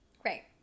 Great